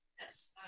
Yes